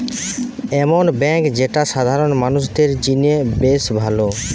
এমন বেঙ্ক যেটা সাধারণ মানুষদের জিনে বেশ ভালো